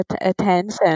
attention